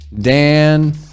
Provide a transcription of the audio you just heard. Dan